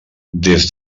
des